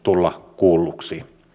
arvoisa puhemies